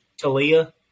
Talia